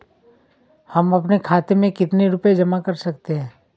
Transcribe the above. हम अपने खाते में कितनी रूपए जमा कर सकते हैं?